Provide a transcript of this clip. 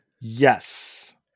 Yes